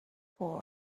for